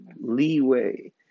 leeway